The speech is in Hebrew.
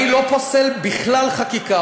אני לא פוסל בכלל חקיקה.